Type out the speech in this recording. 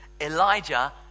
Elijah